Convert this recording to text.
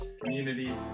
community